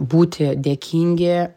būti dėkingi